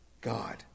God